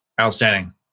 Outstanding